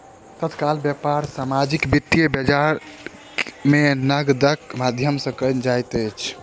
तत्काल व्यापार सामाजिक वित्तीय बजार में नकदक माध्यम सॅ कयल जाइत अछि